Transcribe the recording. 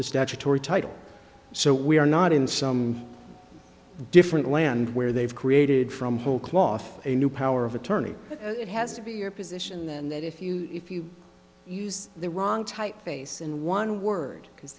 the statutory title so we are not in some different land where they've created from whole cloth a new power of attorney it has to be your position then that if you if you use the wrong type face in one word because